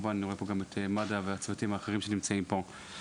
כמובן אני רואה פה גם את מד"א ואת הצוותים האחרים שנמצאים פה.